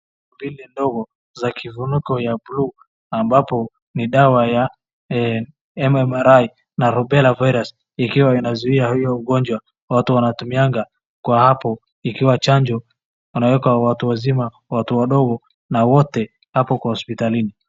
Vile ndogo za kifuniko ya blue , ambapo ni dawa ya MMRI na Rubella virus , ikiwa inazuia hiyo ugonjwa. Watu wanatumianga kwa hapo ikiwa chanjo, wanaweka watu wazima, watu wadogo, na wote hapo kwa hospitalini.